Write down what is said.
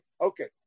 Okay